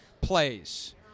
Plays